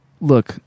look